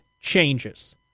changes